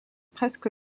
presque